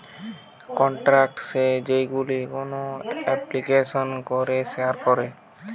contact যেইগুলো কোন এপ্লিকেশানে করে শেয়ার করে